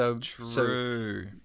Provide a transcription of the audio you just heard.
True